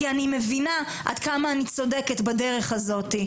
כי אני מבינה עד כמה אני צודקת בדרך הזאת.